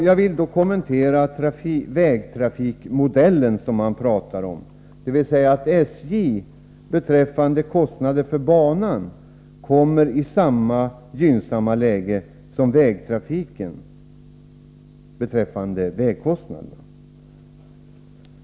Jag vill kommentera den vägtrafikmodell som man talar om, dvs. att SJ beträffande kostnader för banan kommer i samma gynnsamma läge som vägtrafiken beträffande vägkostnader.